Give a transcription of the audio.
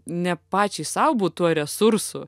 ne pačiai sau būt tuo resursu